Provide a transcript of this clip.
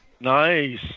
nice